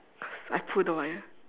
I pulled the wire